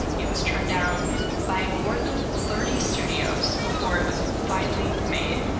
it was turned down by more than thirty studios before it was finally made.